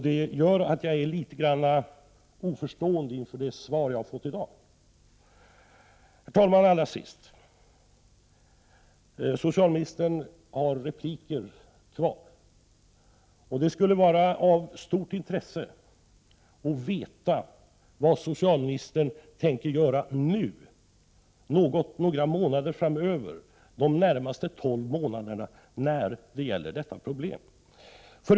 Därför är jag litet oförstående när det gäller det svar som jag har fått i dag. Allra sist: Socialministern har ju möjlighet till ytterligare inlägg här. Det skulle således vara av stort intresse att få veta vad socialministern tänker göra både nu och några månader framöver, ja, under de närmaste tolv månaderna, när det gäller detta problem.